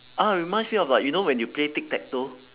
ah reminds me of like you know when you play tic-tac-toe